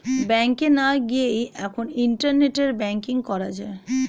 ব্যাংকে না গিয়েই এখন ইন্টারনেটে ব্যাঙ্কিং করা যায়